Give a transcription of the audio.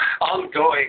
Ongoing